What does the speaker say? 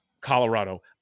Colorado